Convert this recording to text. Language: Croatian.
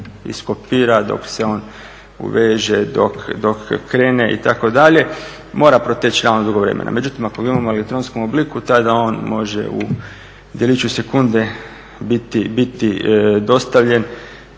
iskopira, dok se on uveže, dok krene, itd., mora proteći … dugo vremena. Međutim, ako ga imam u elektronskom obliku, tada on može u djeliću sekunde biti dostavljen,